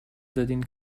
دادین